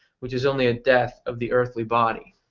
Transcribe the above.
which is only a death of the earthly body.